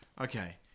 okay